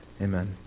Amen